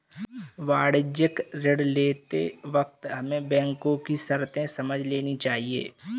वाणिज्यिक ऋण लेते वक्त हमें बैंको की शर्तें समझ लेनी चाहिए